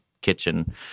kitchen